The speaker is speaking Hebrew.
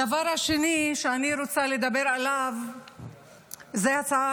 הדבר השני שאני רוצה לדבר עליו זו הצעה